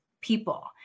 people